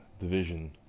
Division